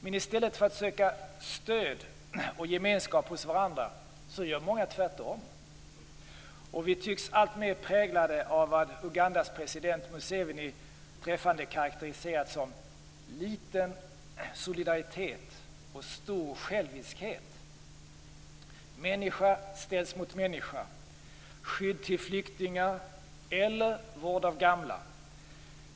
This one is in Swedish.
Men i stället för att söka stöd och gemenskap hos varandra gör många tvärtom. Vi tycks alltmer präglade av vad Ugandas president Museveni träffande karakteriserat som "liten solidaritet och stor själviskhet". Människa ställs mot människa; skydd till flyktingar eller vård av gamla.